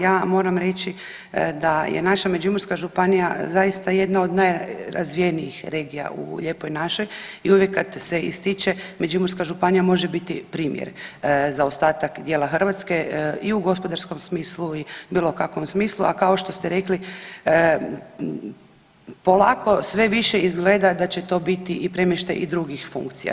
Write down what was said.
Ja moram reći da je naša Međimurska županija zaista jedna od najrazvijenijih regija u lijepoj našoj i uvijek kad se ističe Međimurska županija može biti primjer za ostatak dijela Hrvatske i u gospodarskom smislu i bilo kakvom smislu, a kao što ste rekli polako sve više izgleda da će to biti i premještaj i drugih funkcija.